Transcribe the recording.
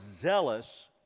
zealous